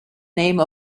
name